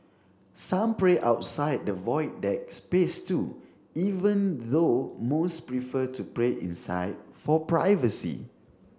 some pray outside the Void Deck space too even though most prefer to pray inside for privacy